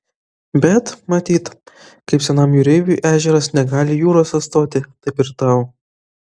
bet matyt kaip senam jūreiviui ežeras negali jūros atstoti taip ir tau